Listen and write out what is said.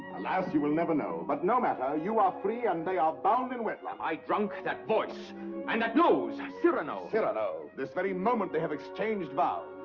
alas, you will never know, but no matter. you are free and they are bound in wedlock. am i drunk? that voice! and that nose! cyrano! cyrano. this very moment they have exchanged vows!